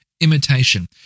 imitation